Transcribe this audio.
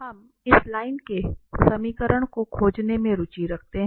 हम इस लाइन के समीकरण को खोजने में रुचि रखते हैं